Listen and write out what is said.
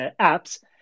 apps